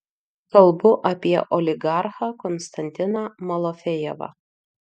kalbu apie oligarchą konstantiną malofejevą